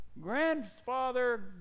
Grandfather